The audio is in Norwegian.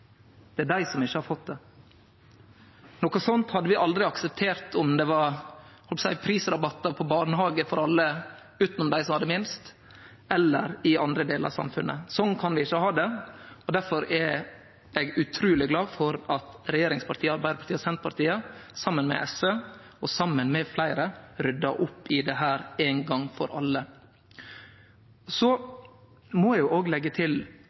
som ikkje har fått ho. Noko sånt hadde vi aldri akseptert om det var prisrabattar på barnehage for alle utanom dei som hadde minst, eller i andre delar av samfunnet. Sånn kan vi ikkje ha det, og difor er eg utruleg glad for at regjeringspartia, Arbeidarpartiet og Senterpartiet, saman med SV og saman med fleire ryddar opp i dette ein gong for alle. Eg må òg leggje til det prinsipielle med kontantstøtte, og